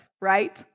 right